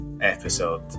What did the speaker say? episode